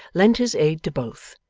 lent his aid to both,